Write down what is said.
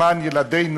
למען ילדינו,